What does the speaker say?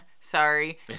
sorry